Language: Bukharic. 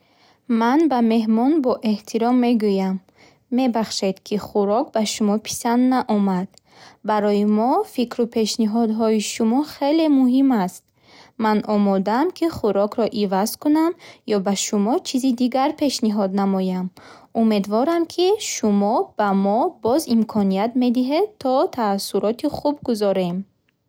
Ман ба меҳмон бо эҳтиром мегӯям: Мебахшед, ки хӯрок ба шумо писанд наомад. Барои мо фикру пешниҳодҳои шумо хеле муҳим аст. Ман омодаам, ки хӯрокро иваз кунам ё ба шумо чизи дигар пешниҳод намоям. Умедворам, ки шумо ба мо боз имконият медиҳед, то таассуроти хуб гузорем.